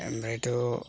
ओमफ्रायथ'